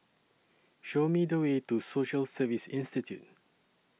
Show Me The Way to Social Service Institute